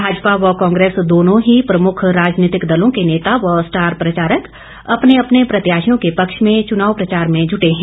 भाजपा व कांग्रेस दोंनों ही प्रमुख राजनीतिक दलों के नेता व स्टार प्रचारक अपने अपने प्रत्याशियों के पक्ष में चुनाव प्रचार में जुटे हैं